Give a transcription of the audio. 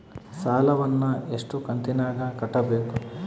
ಸಾಲವನ್ನ ಎಷ್ಟು ಕಂತಿನಾಗ ಕಟ್ಟಬೇಕು?